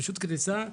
פשוט קריסה.